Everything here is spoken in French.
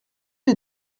les